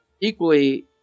equally